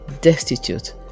destitute